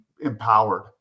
empowered